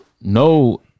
No